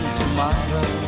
tomorrow